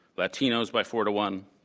latinos, by four to one.